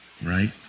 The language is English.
right